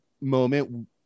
moment